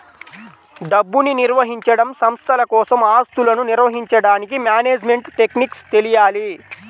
డబ్బుని నిర్వహించడం, సంస్థల కోసం ఆస్తులను నిర్వహించడానికి మేనేజ్మెంట్ టెక్నిక్స్ తెలియాలి